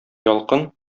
ялкын